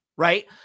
Right